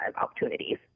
opportunities